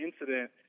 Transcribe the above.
incident